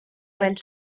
went